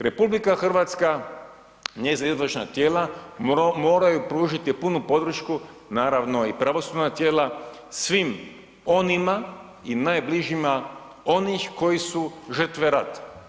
RH, njezina izvršna tijela moraju pružiti punu podršku, naravno i pravosudna tijela svim onima i najbližima onih koji su žrtve rata.